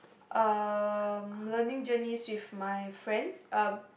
um learning journeys with my friends uh